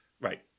Right